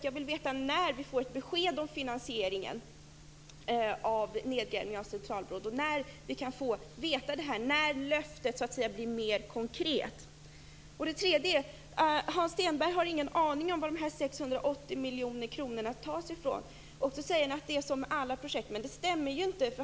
Jag vill veta när vi får ett besked om finansieringen av nedgrävningen av Centralbron, när löftet blir mer konkret. Hans Stenberg har ingen aning om var de 680 miljoner kronorna skall tas ifrån. Han säger att det är med detta som med alla projekt, men det stämmer inte.